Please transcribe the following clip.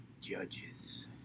judges